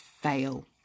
Fail